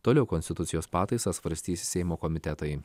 toliau konstitucijos pataisas svarstys seimo komitetai